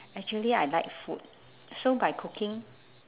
actually I like food so by cooking